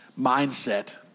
mindset